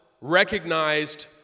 recognized